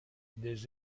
des